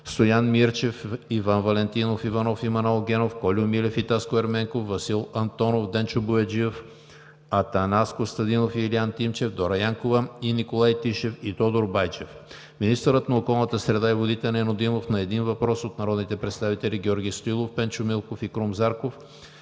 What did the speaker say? Стоян Мирчев; Иван Валентинов Иванов и Манол Генов; Кольо Милев и Таско Ерменков; Васил Антонов; Денчо Бояджиев; Атанас Костадинов и Илиян Тимчев; Дора Янкова; и Николай Тишев и Тодор Байчев; - министърът на околната среда и водите Нено Димов – на един въпрос от народните представители Георги Стоилов, Пенчо Милков и Крум Зарков;